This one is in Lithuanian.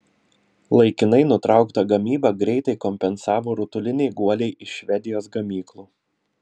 laikinai nutrauktą gamybą greitai kompensavo rutuliniai guoliai iš švedijos gamyklų